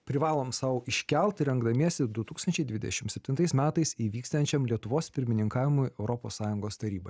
privalom sau iškelt rengdamiesi du tūkstančiai dvidešim septintais metais įvyksiančiam lietuvos pirmininkavimui europos sąjungos tarybai